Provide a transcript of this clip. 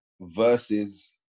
versus